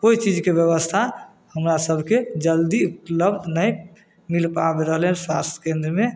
कोइ चीजके बेबस्था हमरा सभके जल्दी उपलब्ध नहि मिलि पाबि रहलै हइ स्वास्थ्य केन्द्रमे